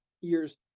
years